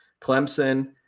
Clemson